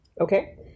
Okay